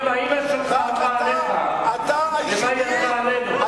אני אומר מה אמא שלך אמרה עליך ומה היא אמרה עלינו.